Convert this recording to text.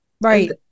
Right